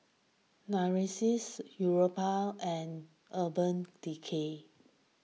Narcissus Europace and Urban Decay